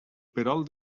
perol